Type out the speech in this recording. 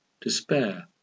Despair